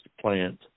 plant